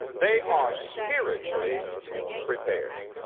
they are spiritually prepared.